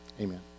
Amen